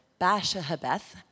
Bashahabeth